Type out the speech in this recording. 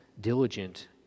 diligent